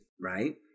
Right